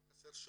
גם חסר שיווק?